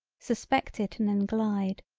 suspect it and then glide,